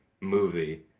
movie